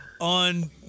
on